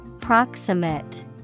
Proximate